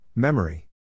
Memory